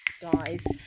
guys